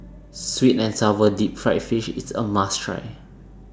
Sweet and Sour Deep Fried Fish IS A must Try